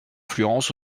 influences